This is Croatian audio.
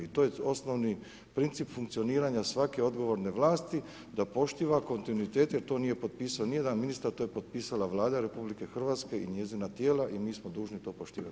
I to je osnovni princip funkcioniranja svake odgovorne vlasti da poštuje kontinuitete jer to nije potpisao niti jedan ministar, to je potpisala Vlada RH i njezina tijela i mi smo dužni to poštivati.